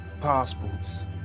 passports